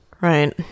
Right